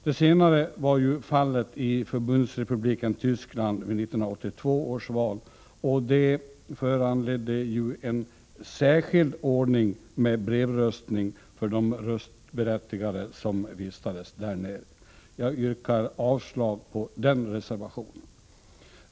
Det senare var fallet i Förbundsrepubliken Tyskland vid 1982 års val, och det föranledde en särskild ordning med brevröstning för de röstberättigade som vistades där. Jag yrkar avslag på reservation 1.